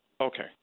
okay